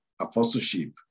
apostleship